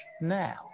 now